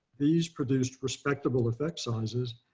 he's produced respectable effect sizes,